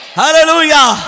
Hallelujah